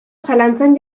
zalantzan